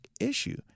issue